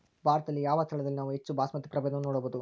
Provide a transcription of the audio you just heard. ಭಾರತದಲ್ಲಿ ಯಾವ ಸ್ಥಳದಲ್ಲಿ ನಾವು ಹೆಚ್ಚು ಬಾಸ್ಮತಿ ಪ್ರಭೇದವನ್ನು ನೋಡಬಹುದು?